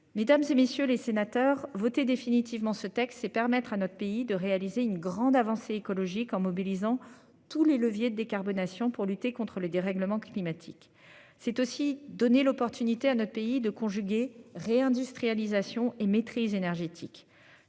Mesdames, et messieurs les sénateurs voté définitivement ce texte et permettre à notre pays de réaliser une grande avancée écologique en mobilisant tous les leviers de décarbonation pour lutter contre le dérèglement climatique, c'est aussi donner l'opportunité à notre pays de conjuguer. Réindustrialisation et maîtrise énergétique